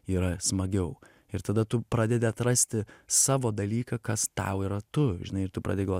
yra smagiau ir tada tu pradedi atrasti savo dalyką kas tau yra tu žinai ir tu pradedi galvot